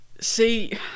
See